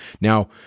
Now